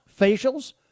facials